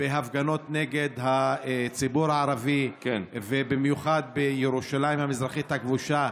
בהפגנות נגד הציבור הערבי ובמיוחד בירושלים המזרחית הכבושה,